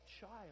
child